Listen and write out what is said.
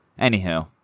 Anywho